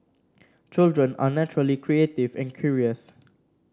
children are naturally creative and curious